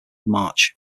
march